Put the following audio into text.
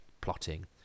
plotting